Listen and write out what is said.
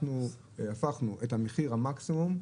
אנחנו הפכנו את מחיר המקסימום,